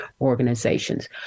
organizations